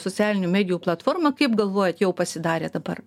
socialinių medijų platforma kaip galvojat jau pasidarė dabar